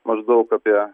maždaug apie